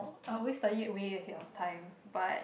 I always study way ahead of time but